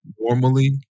Normally